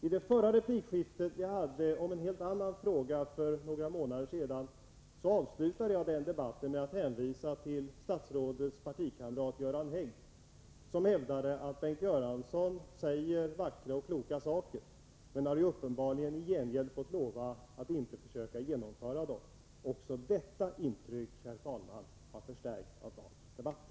I vårt senaste replikskifte om en helt annan fråga för några månader sedan avslutade jag debatten med att hänvisa till statsrådets partikamrat Göran Hägg. Han hävdade att Bengt Göransson säger vackra och kloka saker, men har uppenbarligen i gengäld fått lova att inte försöka genomföra dem. Också detta intryck, herr talman, har förstärkts av dagens debatt.